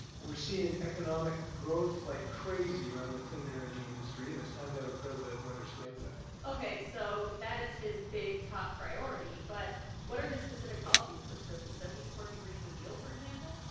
we're seeing economic growth like crazy around the clean energy industry. and it's time to have a president who understands that ok. so that is his big top priority. but what are his specific policy prescriptions? does he support the green new deal, for example?